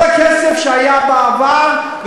כל הכסף שהיה בעבר,